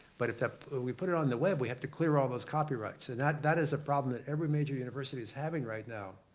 but if we put it on the web we have to clear all those copyrights. and that that is a problem that every major university is having right now.